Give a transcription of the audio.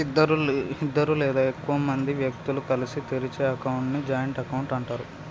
ఇద్దరు లేదా ఎక్కువ మంది వ్యక్తులు కలిసి తెరిచే అకౌంట్ ని జాయింట్ అకౌంట్ అంటరు